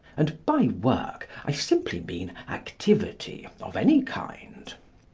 and by work i simply mean activity of any kind.